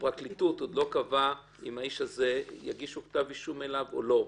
הפרקליטות עדיין לא קבעה אם יגישו כתב אישום נגד האדם הזה או לא.